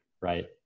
right